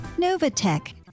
Novatech